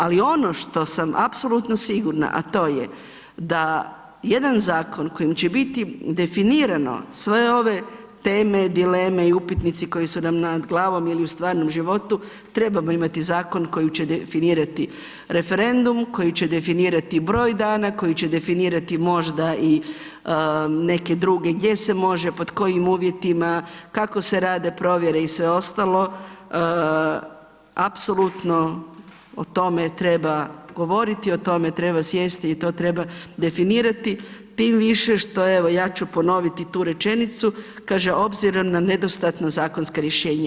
Ali ono što sam apsolutno sigurna, a to je da jedan zakon kojim će biti definirano sve ove teme, dileme i upitnici koji su nam nad glavom ili u stvarnom životu, trebamo imati zakon koji definirati referendum, koji će definirati broj dana, koji će definirati možda i neke druge, gdje se može, pod kojim uvjetima, kako se rade provjere i sve ostalo, apsolutno o tome treba govoriti, o tome treba sjesti i to treba definirati, tim više što, evo, ja ću ponoviti tu rečenicu, kaže obzirom na nedostatno zakonsko rješenje.